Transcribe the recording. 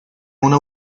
una